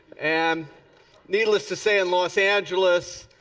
and needless to say, in los angeles,